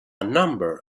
number